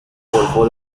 golfo